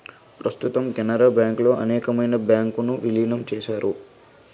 ప్రస్తుతం కెనరా బ్యాంకులో అనేకమైన బ్యాంకు ను విలీనం చేశారు